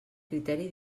criteri